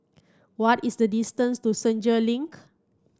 what is the distance to Senja Link